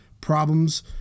problems